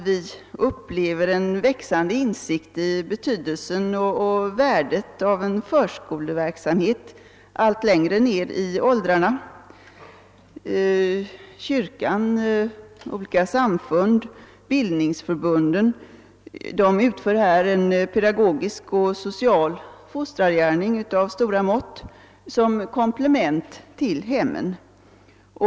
Vi upplever en växande insikt om betydelsen och värdet av en förskoleverksamhet allt längre ner i åldrarna. Kyrkan, olika samfund och bildningsförbunden utför en pedagogisk och social fostrargärning av stora mått som komplement till hemmen.